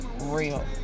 real